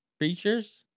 creatures